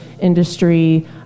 industry